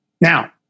Now